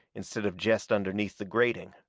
instead of jest underneath the grating.